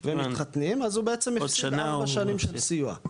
ומתחתנים אז הוא בעצם הפסיד ארבע שנים של סיוע,